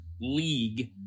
league